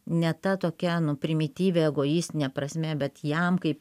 ne ta tokia nu primityvia egoistine prasme bet jam kaip